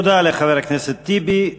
תודה לחבר הכנסת טיבי.